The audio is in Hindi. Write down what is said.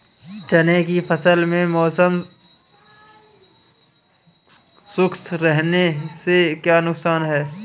चने की फसल में मौसम शुष्क रहने से क्या नुकसान है?